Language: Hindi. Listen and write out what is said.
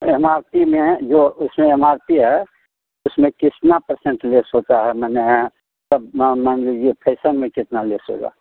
एम आर पी में जो उसमें एम आर पी है उसमें किसना पर्सेंट लेस होता है माने सब मान लीजिए फैसन में कितना लेस होगा